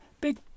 Big